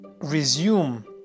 resume